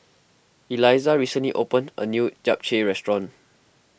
Elizah recently opened a new Japchae restaurant